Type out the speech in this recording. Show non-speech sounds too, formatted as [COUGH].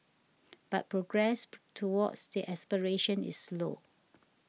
but progress [NOISE] towards that aspiration is slow